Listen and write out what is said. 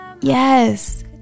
Yes